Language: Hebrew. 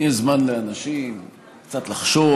יש זמן לאנשים קצת לחשוב,